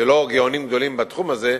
ולא גאונים גדולים בתחום הזה,